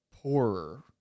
poorer